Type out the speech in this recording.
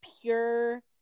pure